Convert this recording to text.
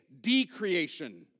decreation